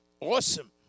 Awesome